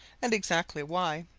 and exactly why,